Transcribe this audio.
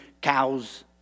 cows